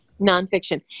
Nonfiction